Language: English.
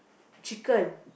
chicken